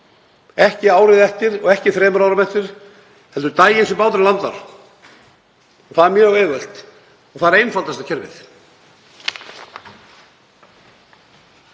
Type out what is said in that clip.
ekki árið eftir og ekki þremur árum seinna heldur daginn sem báturinn landar. Það er mjög auðvelt og það er einfaldasta kerfið.